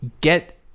get